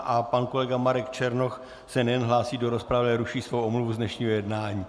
A pan kolega Marek Černoch se nejen hlásí do rozpravy, ale ruší svou omluvu z dnešního jednání.